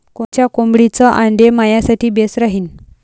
कोनच्या कोंबडीचं आंडे मायासाठी बेस राहीन?